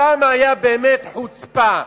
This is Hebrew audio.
שם באמת היתה חוצפה,